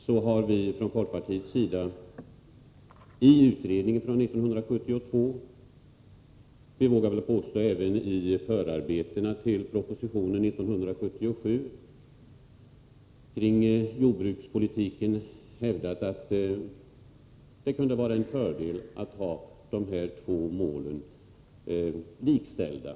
Vi har från folkpartiets sida i utredningen från 1972 och, det vågar jag påstå, även i förarbetena till propositionen 1977 kring jordbrukspolitiken, hävdat att det kunde vara en fördel att ha de här två målen likställda.